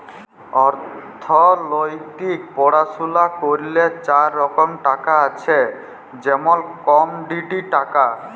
অথ্থলিতিক পড়াশুলা ক্যইরলে চার রকম টাকা আছে যেমল কমডিটি টাকা